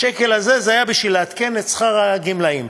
השקל הזה היה בשביל לעדכן את שכר הגמלאים.